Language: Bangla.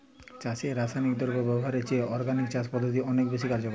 চাষে রাসায়নিক দ্রব্য ব্যবহারের চেয়ে অর্গানিক চাষ পদ্ধতি অনেক বেশি কার্যকর